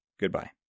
goodbye